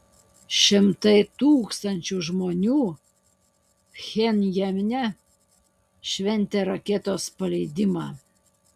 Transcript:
šimtai tūkstančių žmonių pchenjane šventė raketos paleidimą